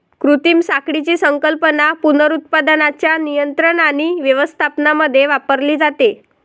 कृत्रिम साखळीची संकल्पना पुनरुत्पादनाच्या नियंत्रण आणि व्यवस्थापनामध्ये वापरली जाते